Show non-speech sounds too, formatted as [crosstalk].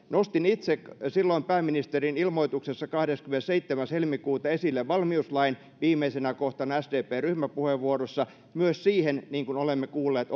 nostin itse silloin pääministerin ilmoituksessa kahdeskymmenesseitsemäs helmikuuta esille valmiuslain viimeisenä kohtana sdpn ryhmäpuheenvuorossa myös siihen niin kuin olemme kuulleet [unintelligible]